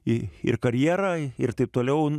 į ir karjera ir taip toliau